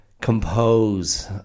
compose